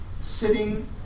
sitting